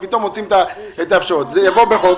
פתאום מוצאים- -- זה לא נכון.